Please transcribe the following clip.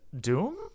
doom